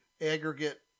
aggregate